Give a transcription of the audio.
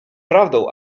prawdą